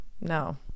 no